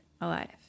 alive